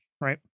Right